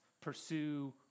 pursue